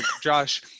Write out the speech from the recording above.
Josh